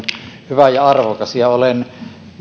hyvä ja arvokas ja olen